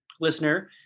listener